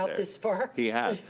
out this far. he has.